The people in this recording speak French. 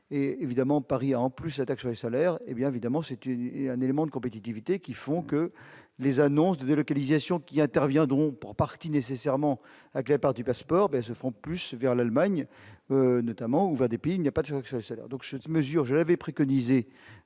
et évidemment Paris en plus cette action et salaires hé bien évidemment c'est une, c'est un élément de compétitivité qui font que les annonces de délocalisation qui interviendront pour partie nécessairement accapare du passeport se font plus vers l'Allemagne notamment ouvert des pays il n'y a pas de fonction et salaire donc cette mesure, je l'avais préconisées